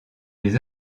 les